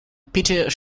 peter